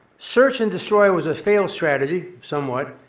search and destroy was a failed strategy, somewhat,